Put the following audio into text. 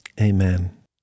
Amen